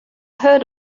heard